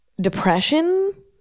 depression